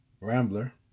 Rambler